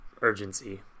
urgency